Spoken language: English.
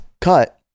cut